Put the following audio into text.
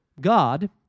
God